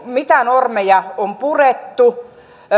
mitä normeja on purettu